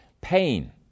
pain